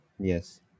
Yes